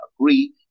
agree